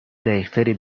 دقیقتری